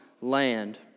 land